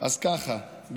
אני מעוניינת לשמוע, מאוד.